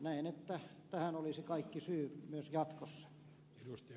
näen että tähän olisi kaikki syy myös jatkossa